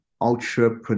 ultra